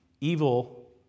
Evil